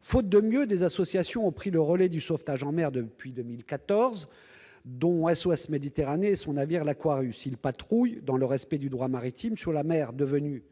Faute de mieux, des associations ont pris le relais du sauvetage en mer depuis 2014, dont SOS Méditerranée et son navire, l'. Ils patrouillent, dans le respect du droit maritime, sur la mer devenue